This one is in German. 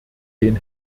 den